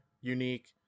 unique